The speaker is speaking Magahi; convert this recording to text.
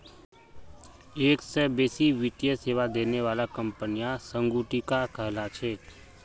एक स बेसी वित्तीय सेवा देने बाला कंपनियां संगुटिका कहला छेक